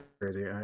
crazy